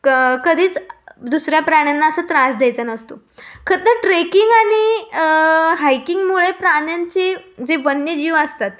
क कधीच दुसऱ्या प्राण्यांना असा त्रास द्यायचा नसतो खरंतर ट्रेकिंग आणि हायकिंगमुळे प्राण्यांचे जे वन्यजीव असतात